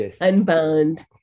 Unbound